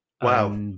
Wow